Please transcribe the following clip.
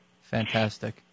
Fantastic